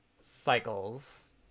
cycles